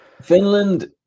Finland